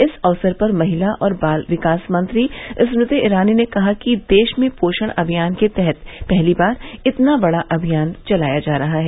इस अवसर पर महिला और बाल विकास मंत्री स्मृति ईरानी ने कहा कि देश में पोषण अभियान के तहत पहली बार इतना बडा अभियान चलाया जा रहा है